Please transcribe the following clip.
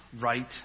right